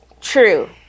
true